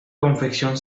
confección